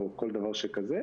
או כל דבר שכזה,